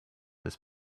this